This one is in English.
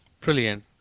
Brilliant